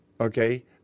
okay